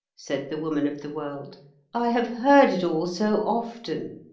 said the woman of the world i have heard it all so often.